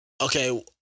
Okay